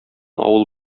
авыл